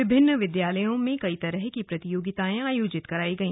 विभिन्न विद्यालयों में कई तरह की प्रतियोगिताएं आयोजित कराई गई